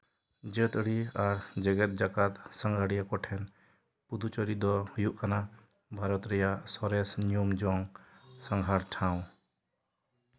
ᱡᱟᱹᱛᱭᱟᱹᱨᱤ ᱟᱨ ᱡᱮᱜᱮᱫ ᱡᱟᱠᱟᱛ ᱥᱟᱸᱜᱷᱟᱨᱤᱭᱟᱹ ᱠᱚ ᱴᱷᱮᱱ ᱯᱩᱫᱩᱯᱟᱨᱤ ᱫᱚ ᱦᱩᱭᱩᱜ ᱠᱟᱱᱟ ᱵᱷᱟᱨᱚᱛ ᱨᱮᱭᱟᱜ ᱥᱚᱨᱮᱥ ᱧᱩᱢ ᱡᱚᱝ ᱥᱟᱸᱜᱷᱟᱨ ᱴᱷᱟᱶ